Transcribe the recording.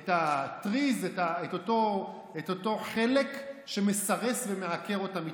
את הטריז, את אותו חלק שמסרס ומעקר אותה מתוכן.